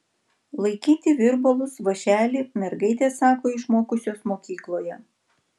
laikyti virbalus vąšelį mergaitės sako išmokusios mokykloje